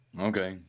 Okay